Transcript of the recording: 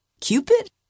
Cupid